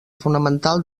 fonamental